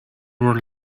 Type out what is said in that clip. were